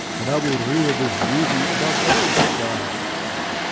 and i will rear this beauty above all styles.